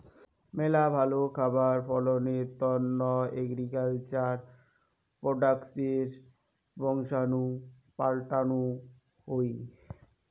মেলা ভালো খাবার ফলনের তন্ন এগ্রিকালচার প্রোডাক্টসের বংশাণু পাল্টানো হই